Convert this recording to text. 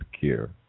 care